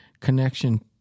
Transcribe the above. connection